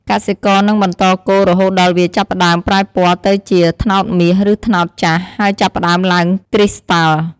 កសិករនឹងបន្តកូររហូតដល់វាចាប់ផ្តើមប្រែពណ៌ទៅជាត្នោតមាស ឬត្នោតចាស់ ហើយចាប់ផ្តើមឡើងគ្រីស្តាល់។